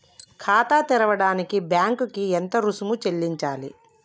ఖాతా తెరవడానికి బ్యాంక్ కి ఎంత రుసుము చెల్లించాలి?